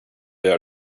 gör